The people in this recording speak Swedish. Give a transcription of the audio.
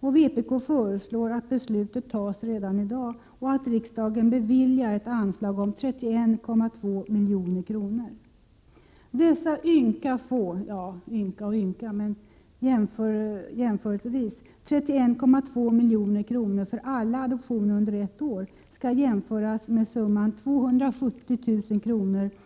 Vpk föreslår att beslutet fattas i dag och att riksdagen beviljar ett anslag om 31,2 milj.kr. Dessa ynka — nåja, jämförelsevis — 31,2 milj.kr. för alla adoptioner under ett år skall ställas mot summan 270 000 kr.